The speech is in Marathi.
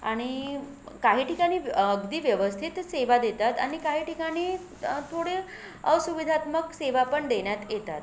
आणि काही ठिकाणी अगदी व्यवस्थित सेवा देतात आणि काही ठिकाणी थोडी असुविधात्मक सेवा पण देण्यात येतात